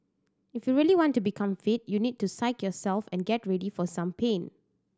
if you really want to become fit you need to psyche yourself and get ready for some pain